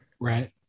Right